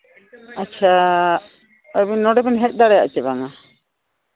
ᱟᱪᱪᱷᱟ ᱟᱹᱵᱤᱱ ᱱᱚᱰᱮ ᱵᱤᱱ ᱦᱮᱡ ᱫᱟᱲᱮᱭᱟᱜᱼᱟ ᱪᱮ ᱵᱟᱝᱟ